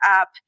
up